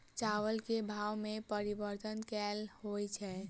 चावल केँ भाव मे परिवर्तन केल होइ छै?